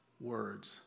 words